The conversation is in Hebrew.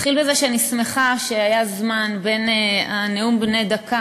אתחיל בזה שאני שמחה שהיה זמן בין הנאום בן דקה